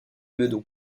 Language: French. meudon